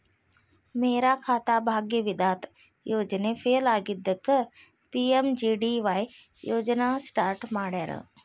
ಮೇರಾ ಖಾತಾ ಭಾಗ್ಯ ವಿಧಾತ ಯೋಜನೆ ಫೇಲ್ ಆಗಿದ್ದಕ್ಕ ಪಿ.ಎಂ.ಜೆ.ಡಿ.ವಾಯ್ ಯೋಜನಾ ಸ್ಟಾರ್ಟ್ ಮಾಡ್ಯಾರ